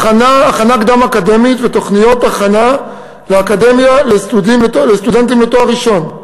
הכנה קדם-אקדמית ותוכניות הכנה לאקדמיה לסטודנטים לתואר ראשון.